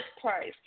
price